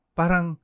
parang